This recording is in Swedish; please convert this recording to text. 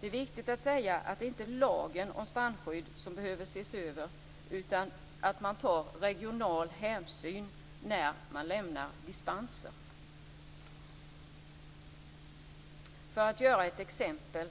Det är viktigt att säga att det inte är lagen om strandskydd som behöver ses över utan att man ska ta regional hänsyn när man lämnar dispenser. Jag kan ta ett exempel.